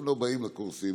הם לא באים לקורסים.